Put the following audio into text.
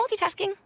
multitasking